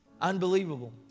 unbelievable